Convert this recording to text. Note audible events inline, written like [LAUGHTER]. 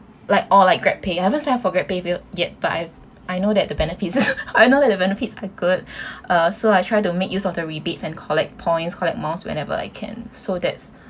like oh like GrabPay I haven't tried for GrabPay yet but I I know that the benefits [LAUGHS] I know that the benefits are good uh so I tried to make use of the rebates and collect points collect miles whenever I can so that